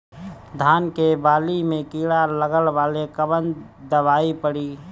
धान के बाली में कीड़ा लगल बाड़े कवन दवाई पड़ी?